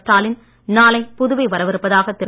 ஸ்டாலின் நாளை புதுவை வரவிருப்பதாக திரு